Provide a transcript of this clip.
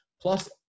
plus